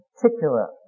particular